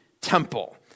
temple